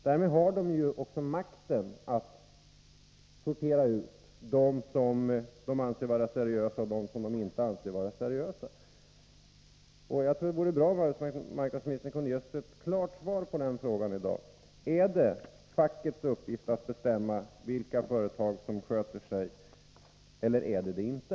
Därmed har de fackliga Organisationerna också makten att sortera ut dem som de anser vara seriösa och dem som de inte anser vara seriösa. Jag tror att det vore bra om arbetsmarknadsministern i dag kunde ge oss ett klart svar på frågan: Är det fackets uppgift att bestämma vilka företag som sköter sig eller är det det inte?